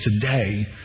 today